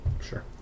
Sure